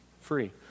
free